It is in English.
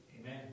Amen